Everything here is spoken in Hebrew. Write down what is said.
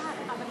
אני